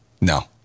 No